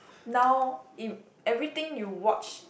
now in everything you watch